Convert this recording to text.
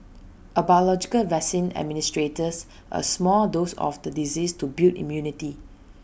A biological vaccine administers A small dose of the disease to build immunity